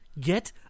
Get